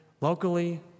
locally